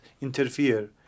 interfere